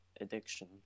addiction